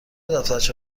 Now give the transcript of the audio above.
دفترچه